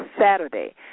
Saturday